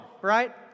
right